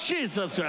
Jesus